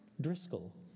Driscoll